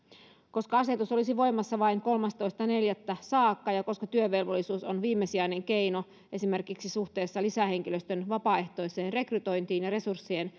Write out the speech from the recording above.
koska asetus olisi voimassa vain kolmastoista neljättä saakka ja koska työvelvollisuus on viimesijainen keino esimerkiksi suhteessa lisähenkilöstön vapaaehtoiseen rekrytointiin ja resurssien